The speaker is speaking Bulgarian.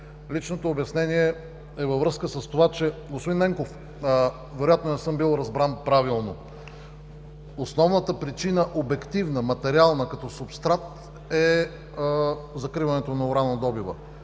Личното обяснение е във връзка с това: господин Ненков, вероятно не съм бил разбран правилно. Основната причина – обективна, материална като субстрат – е закриването на уранодобива,